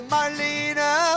Marlena